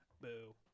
boo